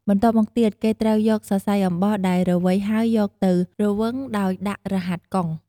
បន្ទាប់មកទៀតគេត្រូវយកសសៃអំបោះដែលរវៃហើយយកទៅរង្វឹងដោយដាក់រហាត់កុង។